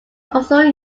also